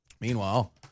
Meanwhile